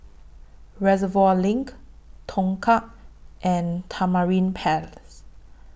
Reservoir LINK Tongkang and Tamarind Palace